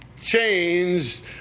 changed